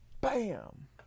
Bam